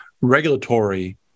regulatory